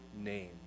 name